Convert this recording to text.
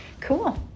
cool